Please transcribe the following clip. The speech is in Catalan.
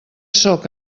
sóc